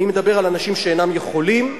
אני מדבר על אנשים שאינם יכולים,